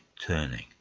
turning